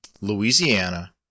Louisiana